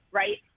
right